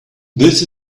this